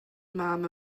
mam